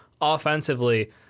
offensively